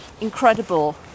incredible